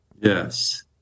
Yes